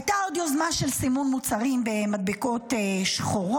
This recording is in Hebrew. הייתה עוד יוזמה של סימון מוצרים במדבקות שחורות,